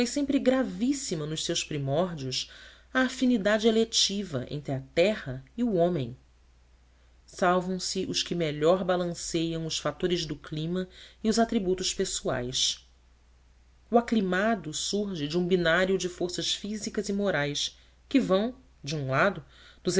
sempre gravíssima nos seus primórdios a afinidade eletiva entre a terra e o homem salvam se os que melhor balanceiam os fatores do clima e os atributos pessoais o aclimado surge de um binário de forças físicas e morais que vão de um lado